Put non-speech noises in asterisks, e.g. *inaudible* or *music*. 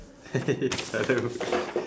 *laughs* hello